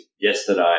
yesterday